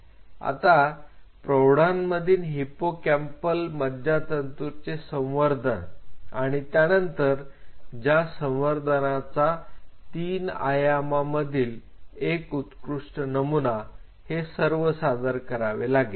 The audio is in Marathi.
आता प्रौढांमधील हिप्पोकँपाल मज्जातंतूंचे संवर्धन आणि त्यानंतर त्या संवर्धनाचा तीन आयमानमधील एक उत्कृष्ट नमुना हे सर्व सादर करावे लागेल